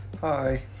hi